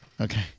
Okay